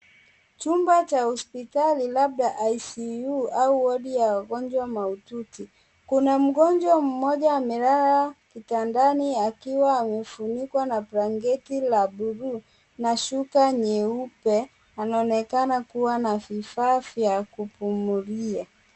Chumba cha hospitali labda ICU au wadi ya wagonjwa maututi, kuna mgonjwa mmoja amelala kitandani akiwa amefunikwa na blankenti la bluu na shuka nyeupe anaonekana kuwa na vifaa vya kupumulia.